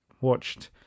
watched